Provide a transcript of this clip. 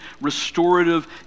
restorative